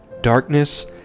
Darkness